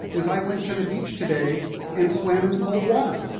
is i went to the beach today and swam in cold water.